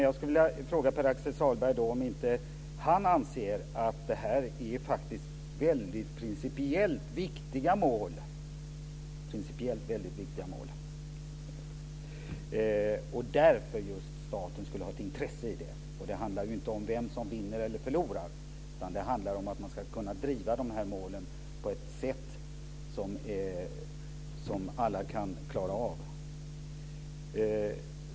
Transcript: Jag skulle vilja fråga Pär-Axel Sahlberg om inte han anser att detta faktiskt är principiellt väldigt viktiga mål och att staten därför skulle ha ett intresse i dem. Och det handlar ju inte om vem som vinner eller vem som förlorar, utan det handlar om att man ska kunna driva dessa mål på ett sätt som alla kan klara av.